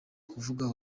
kuvuga